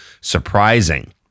surprising